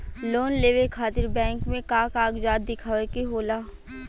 Loan लेवे खातिर bank मे का कागजात दिखावे के होला?